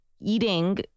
eating